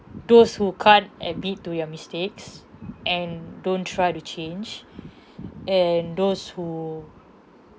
those who can't admit to their mistakes and don't try to change and those who